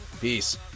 Peace